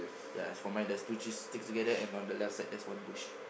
ya as for mine there's two trees stick together and on the left side there's one bush